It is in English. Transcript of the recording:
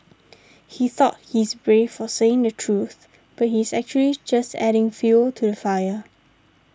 he thought he's brave for saying the truth but he's actually just adding fuel to the fire